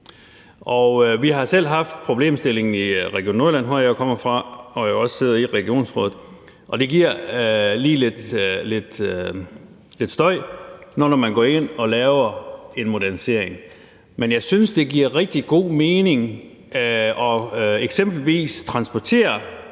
Vi har selv haft problemstillingen i Region Nordjylland, hvor jeg kommer fra og også sidder i regionsrådet, og det giver lige lidt støj, når man går ind og laver en modernisering. Men jeg synes, det giver rigtig god mening eksempelvis at transportere